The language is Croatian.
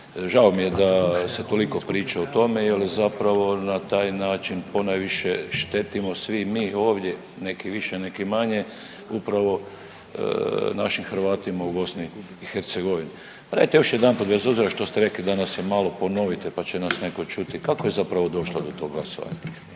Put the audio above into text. Žao mi je da se toliko priča o tome jel zapravo na taj način ponajviše štetimo svi mi ovdje, neki više neki manje upravo našim Hrvatima u BiH. Pa dajte još jedanput bez obzira što ste rekli da nas je malo ponovite, pa će nas neko čuti, kako je zapravo došlo do tog glasovanja.